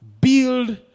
Build